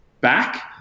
back